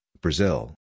Brazil